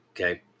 okay